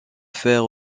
faire